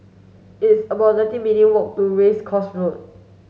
it's about nineteen minutes walk to Race Course Road